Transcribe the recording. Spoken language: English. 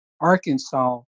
Arkansas